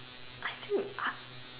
I think I